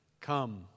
Come